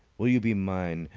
will you be mine?